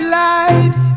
life